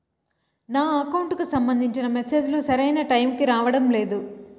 నా అకౌంట్ కు సంబంధించిన మెసేజ్ లు సరైన టైము కి రావడం లేదు